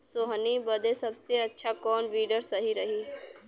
सोहनी बदे सबसे अच्छा कौन वीडर सही रही?